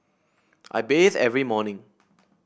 I bathe every morning